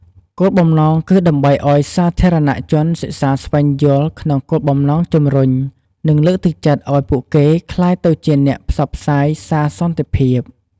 គោលបំណងគឺដើម្បីឱ្យសាធារណៈជនសិក្សាស្វែងយល់ក្នុងបំណងជម្រុញ និងលើកទឹកចិត្តឱ្យពួកគេក្លាយទៅជាអ្នកផ្សព្វផ្សាយសារសន្តិភាព។